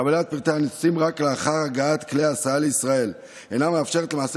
קבלת פרטי הנוסעים רק לאחר הגעת כלי הסעה לישראל אינה מאפשרת למעשה